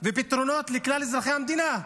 ופתרונות לכלל אזרחי המדינה.